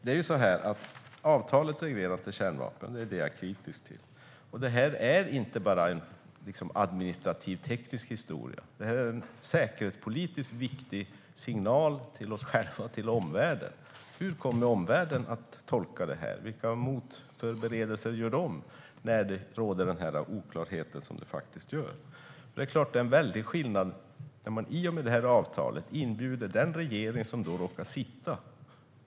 Det avtal som reglerar kärnvapen är vad jag är kritisk till. Det är inte bara en administrativ teknisk historia, utan det är en säkerhetspolitiskt viktig signal till oss själva och till omvärlden. Hur kommer omvärlden att tolka detta? Vilka motförberedelser gör de när denna oklarhet råder? Det är självklart en väldig skillnad när man i och med avtalet inbjuder den just då sittande regeringen.